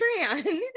Tran